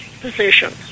position